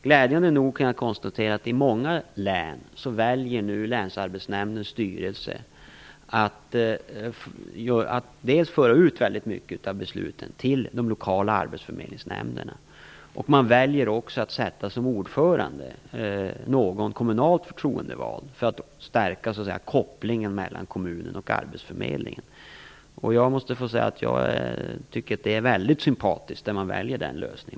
Glädjande nog kan jag konstatera att länsarbetsnämndernas styrelser i många län nu väljer dels att föra ut väldigt mycket av besluten till de lokala arbetsförmedlingsnämnderna, dels att sätta någon kommunalt förtroendevald som ordförande, för att stärka kopplingen mellan kommunen och arbetsförmedlingen. Jag måste säga att jag tycker att det är väldigt sympatiskt att man väljer den lösningen.